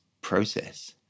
process